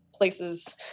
Places